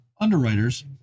underwriters